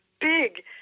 big